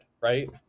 right